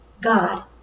God